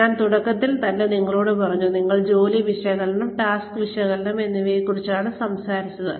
ഞാൻ തുടക്കത്തിൽ തന്നെ നിങ്ങളോട് പറഞ്ഞു ഞങ്ങൾ ജോലി വിശകലനം ടാസ്ക് വിശകലനം എന്നിവയെക്കുറിച്ചാണ് സംസാരിക്കുന്നത്